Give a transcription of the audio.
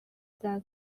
than